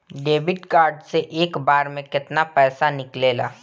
Debit card से एक बार मे केतना पैसा निकले ला?